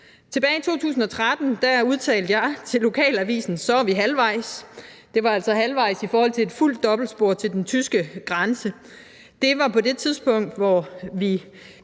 Tilbage i 2013 udtalte jeg til lokalavisen: Så er vi halvvejs. Det var altså halvvejs i forhold til et fuldt dobbeltspor til den tyske grænse. Det var på det tidspunkt, hvor vi